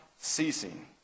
ceasing